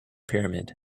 pyramid